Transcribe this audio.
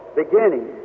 beginning